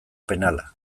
penala